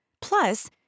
Plus